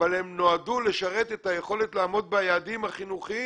אבל הן נועדו לשרת את היכולת לעמוד ביעדים החינוכיים